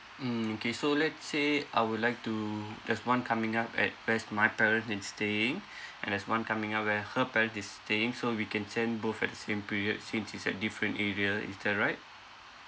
mm K so let's say I would like to there's one coming up at where's my parent is staying and there's one coming up where her parent is staying so we can send both at the same period since it's at different area is that right